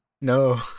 No